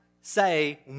say